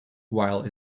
while